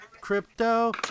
crypto